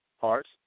parts